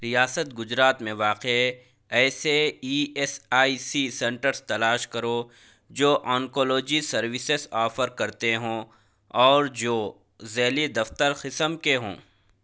ریاست گجرات میں واقع ایسے E S I C centres تلاش کرو جو آنکولوجی سروسس آفر کرتے ہوں اور جو ذیلی دفتر قسم کے ہوں